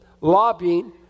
lobbying